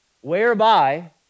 Whereby